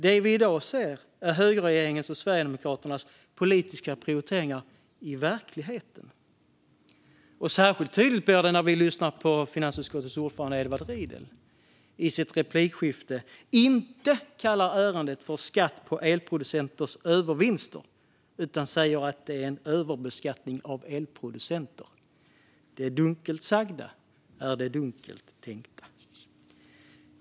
Det vi i dag ser är högerregeringens och Sverigedemokraternas politiska prioriteringar i verkligheten. Särskilt tydligt blir det när vi lyssnar till finansutskottets ordförande Edward Riedl. I replikskiftet kallar han inte ärendet för skatt på elproducenters övervinster utan säger att det är en överbeskattning av elproducenter - "det dunkelt sagda är det dunkelt tänkta".